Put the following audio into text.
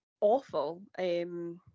awful